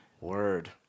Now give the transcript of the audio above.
Word